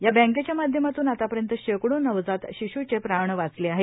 या बँकेच्या माध्यमातून आतापर्यंत शेकडो नवजात शिशूचे प्राण वाचले आहेत